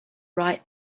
right